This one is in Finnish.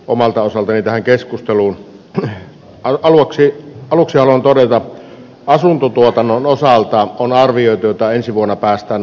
omalta osaltani tähän keskusteluun oloksi aluksella on todella asuntotuotannon osalta on arvioitu ensi vuonna päästään